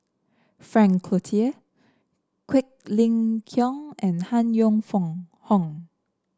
Frank Cloutier Quek Ling Kiong and Han Yong Hong